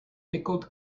pickled